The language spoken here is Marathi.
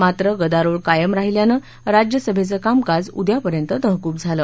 मात्र गदारोळ कायम राहिल्यांन राज्यसभेचं कामकाज उद्यापर्यंत तहकूब झालं